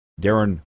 Darren